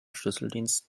schlüsseldienst